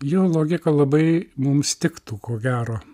jo logika labai mums tiktų ko gero